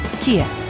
Kia